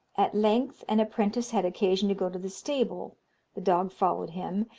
at length, an apprentice had occasion to go to the stable the dog followed him,